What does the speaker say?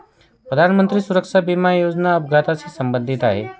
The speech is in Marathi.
प्रधानमंत्री सुरक्षा विमा योजना अपघाताशी संबंधित आहे